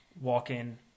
walk-in